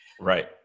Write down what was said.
right